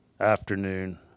afternoon